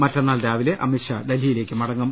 മറ്റന്നാൾ രാവിലെ അമിത്ഷാ ഡൽഹിയിലേക്ക് പോകും